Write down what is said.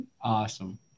awesome